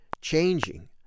changing